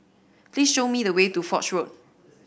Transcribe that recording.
please show me the way to Foch Road